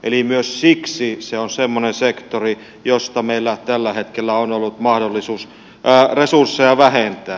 eli myös siksi se on semmoinen sektori josta meillä tällä hetkellä on ollut mahdollisuus resursseja vähentää